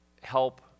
help